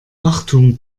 achtung